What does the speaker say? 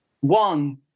one